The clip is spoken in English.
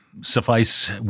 Suffice